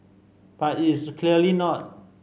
but is clearly not